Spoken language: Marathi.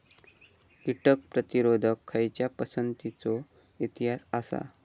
कीटक प्रतिरोधक खयच्या पसंतीचो इतिहास आसा?